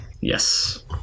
yes